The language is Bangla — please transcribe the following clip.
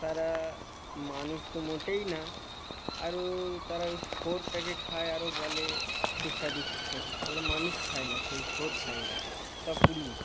তারা মানুষ তো মোটেই না আরও তারা ওই শুয়োরটাকে খায় আরও বলে সুস্বাদু সুস্বাদু সালা মানুষ খায় না সেই শুয়োর খায় ওরা তাও পুড়িয়ে